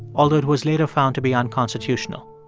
although it was later found to be unconstitutional.